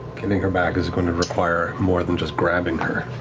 getting her back is going to require more than just grabbing her.